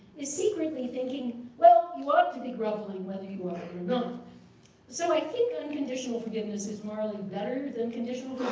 is secretly thinking, well, you ought to be groveling whether you are and so i think unconditional forgiveness is morally better than conditional